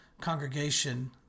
congregation